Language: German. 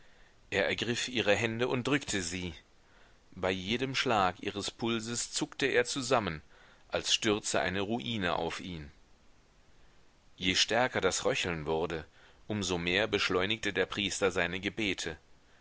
er ergriff ihre hände und drückte sie bei jedem schlag ihres pulses zuckte er zusammen als stürze eine ruine auf ihn je stärker das röcheln wurde um so mehr beschleunigte der priester seine gebete